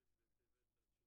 ט' בטבת התשע"ט,